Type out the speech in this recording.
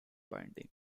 binding